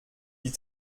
die